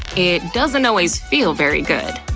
it doesn't always feel very good.